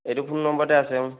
এইটো ফোন নম্বৰতে আছে